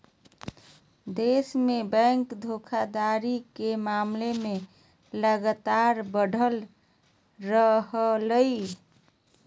देश में बैंक धोखाधड़ी के मामले लगातार बढ़ रहलय